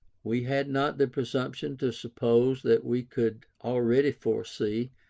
we had not the presumption to suppose that we could already foresee,